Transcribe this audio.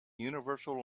universal